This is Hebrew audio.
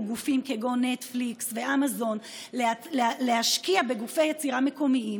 גופים כגון נטפליקס ואמזון להשקיע בגופי יצירה מקומיים.